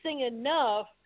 enough